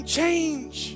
change